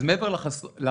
אז מעבר לחזון